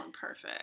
perfect